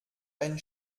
ein